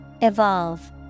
Evolve